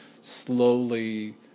slowly